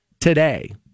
today